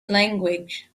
language